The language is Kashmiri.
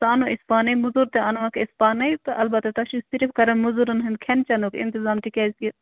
سُہ اَنو أسۍ پانَے موٚزوٗر تہِ اَنوکھ أسۍ پانَے تہٕ اَلبتہ تۄہہِ چھِو صرف کَرٕنۍ موٚزوٗرَن ہُنٛد کھٮ۪ن چٮ۪نُک اِنتظام تہِ کیٛازکہِ